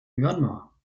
myanmar